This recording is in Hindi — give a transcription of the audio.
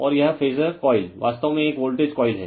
और यह फेजर कॉइल वास्तव में एक वोल्टेज कॉइल है